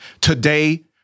Today